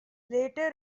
later